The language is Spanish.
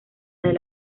del